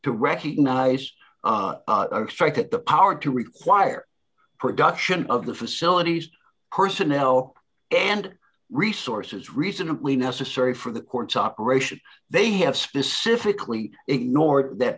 to recognize or strike at the power to require production of the facilities personnel and resources reasonably necessary for the court's operation they have specifically ignored that